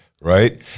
right